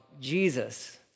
Jesus